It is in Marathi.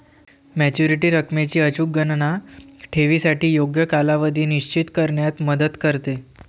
मॅच्युरिटी रकमेची अचूक गणना ठेवीसाठी योग्य कालावधी निश्चित करण्यात मदत करते